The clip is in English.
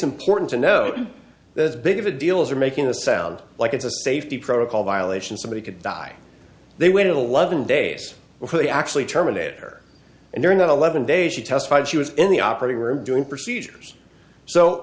important to know this big of a deal is are making a sound like it's a safety protocol violation somebody could die they waited eleven days before they actually terminator and during that eleven days she testified she was in the operating room doing procedures so